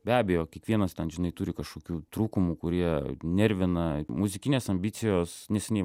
be abejo kiekvienas ten žinai turi kažkokių trūkumų kurie nervina muzikinės ambicijos neseniai